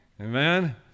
Amen